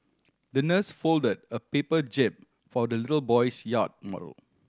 the nurse folded a paper jib for the little boy's yacht model